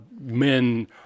men